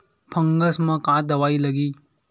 Fungus म का दवाई लगी?